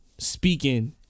Speaking